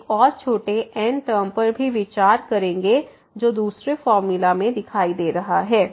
इसके बाद हम एक और छोटे n टर्म पर भी विचार करेंगे जो दूसरे फार्मूला में दिखाई दे रहा है